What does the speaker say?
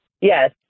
yes